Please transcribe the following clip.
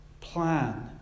plan